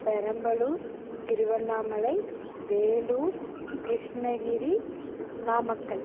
Perambalur Tiruvannamalai Vellore Krishnagiri Namakkal